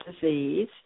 disease